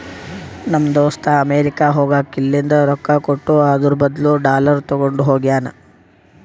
ನಮ್ ದೋಸ್ತ ಅಮೆರಿಕಾ ಹೋಗಾಗ್ ಇಲ್ಲಿಂದ್ ರೊಕ್ಕಾ ಕೊಟ್ಟು ಅದುರ್ ಬದ್ಲು ಡಾಲರ್ ತಗೊಂಡ್ ಹೋಗ್ಯಾನ್